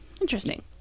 interesting